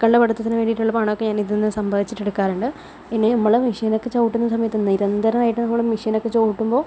മക്കളുടെ പഠിത്തത്തിന് വേണ്ടീട്ടുള്ള പണമൊക്കെ ഞാനിതിൽ നിന്ന് സമ്പാദിച്ചിട്ടെടുക്കാറുണ്ട് പിന്നെ നമ്മള് മെഷീനൊക്കെ ചവിട്ടുന്ന സമയത്ത് നിരന്തരമായിട്ട് നമ്മള് മെഷീനൊക്കെ ചവിട്ടുമ്പോൾ